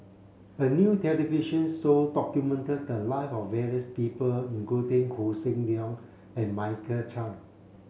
a new television show documented the live of various people including Hossan Leong and Michael Chiang